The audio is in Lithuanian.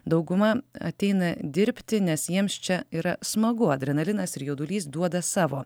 dauguma ateina dirbti nes jiems čia yra smagu adrenalinas ir jaudulys duoda savo